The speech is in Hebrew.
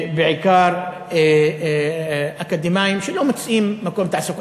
בעיקר אקדמאים, שלא מוצאים מקום תעסוקה.